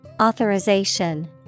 Authorization